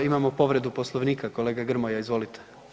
Imamo povredu Poslovnika, kolega Grmoja, izvolite.